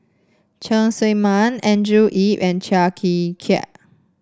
Cheng Tsang Man Andrew Yip and Chia Tee Chiak